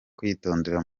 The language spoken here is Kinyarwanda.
kwitondera